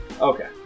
Okay